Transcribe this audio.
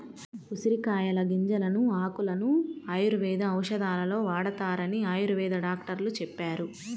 ఉసిరికాయల గింజలను, ఆకులను ఆయుర్వేద ఔషధాలలో వాడతారని ఆయుర్వేద డాక్టరు చెప్పారు